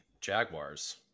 Jaguars